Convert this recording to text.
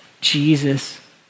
Jesus